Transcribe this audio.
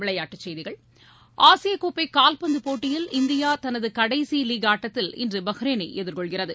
ஆசியக்கோப்பை கால்பந்து போட்டியில் இந்தியா தனது கடைசி லீக் ஆட்டத்தில் இன்று பஹ்ரைனை எதிர்கொள்கிறது